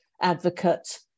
advocate